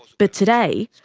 but today,